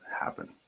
happen